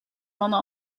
mannen